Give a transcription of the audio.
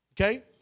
Okay